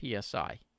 psi